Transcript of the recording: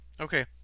Okay